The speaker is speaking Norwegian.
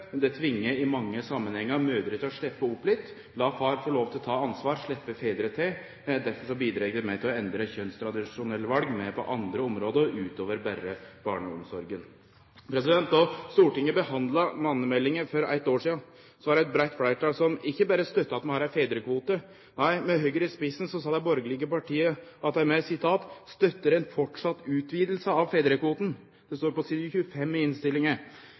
Det tvingar i mange samanhengar mødrer til å sleppe opp litt, la far få lov til å ta ansvar, sleppe fedrar til. Derfor bidreg det meir til å endre kjønnstradisjonelle val, òg på andre område, utover berre barneomsorga. Då Stortinget behandla mannemeldinga for eitt år sidan, var det eit breitt fleirtal som ikkje berre støtta at vi har ein fedrekvote. Nei, med Høgre i spissen sa dei borgarlege partia at dei «støtter også en fortsatt utvidelse av fedrekvoten». Det står på side 25 i innstillinga.